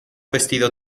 vestido